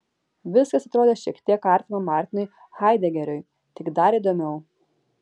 viskas atrodė šiek tiek artima martinui haidegeriui tik dar įdomiau